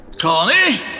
Connie